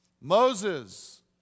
Moses